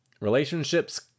Relationships